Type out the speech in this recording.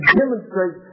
demonstrate